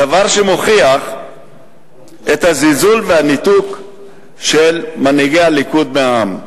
דבר שמוכיח את הזלזול והניתוק של מנהיגי הליכוד מהעם.